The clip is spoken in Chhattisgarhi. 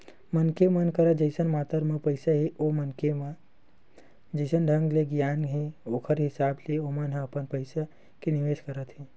मनखे मन कर जइसन मातरा म पइसा हे ओ मनखे म जइसन ढंग के गियान हे ओखर हिसाब ले ओमन ह अपन पइसा के निवेस करत हे